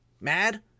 mad